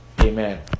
Amen